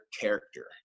character